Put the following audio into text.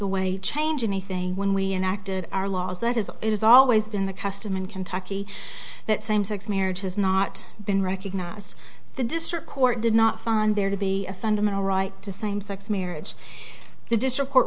away change anything when we enacted our laws that is it has always been the custom in kentucky that same sex marriage has not been recognized the district court did not find there to be a fundamental right to same sex marriage the district court